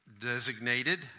designated